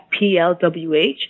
PLWH